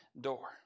door